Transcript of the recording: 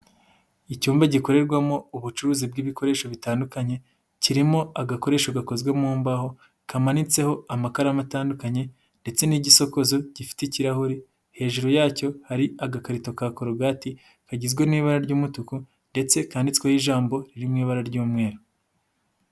Icyumba gikorerwamo ubucuruzi bw'ibikoresho bitandukanye, kirimo agakoresho gakozwe mu mbaho kamanitseho amakaramu atandukanye, ndetse n'igisokozo gifite ikirahuri hejuru yacyo, hari agakarito ka korogati kagizwe n'ibara ry'umutuku, ndetse kandiditsweho ijambo riri mu ibara ry'umweru.